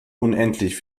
unendlich